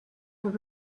were